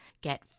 Get